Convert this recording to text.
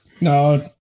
No